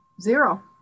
zero